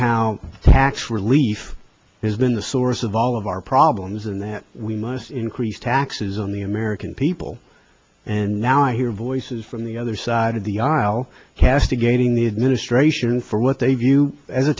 how tax relief has been the source of all of our problems and that we must increase taxes on the american people and now i hear voices from the other side of the aisle castigating the administration for what they view as a